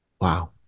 Wow